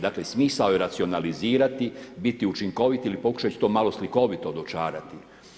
Dakle smisao je racionalizirati, biti učinkovit ili pokušati ću to malo slikovito dočarati.